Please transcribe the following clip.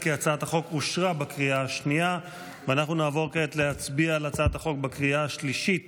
אנחנו נעבור להצבעה בקריאה השנייה